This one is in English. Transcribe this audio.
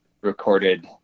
recorded